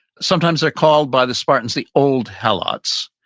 sometimes they're called by the spartans the old helots,